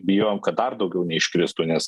bijojom kad dar daugiau neiškristų nes